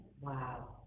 Wow